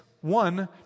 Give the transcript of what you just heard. One